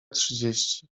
trzydzieści